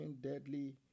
deadly